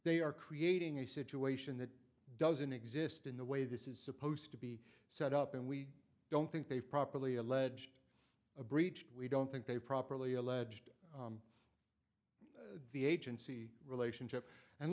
they are creating a situation that doesn't exist in the way this is supposed to be set up and we don't think they've properly alleged a breach we don't think they properly alleged the agency relationship and